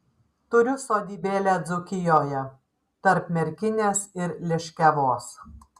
turiu sodybėlę dzūkijoje tarp merkinės ir liškiavos